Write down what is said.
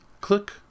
click